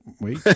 wait